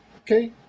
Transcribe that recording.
okay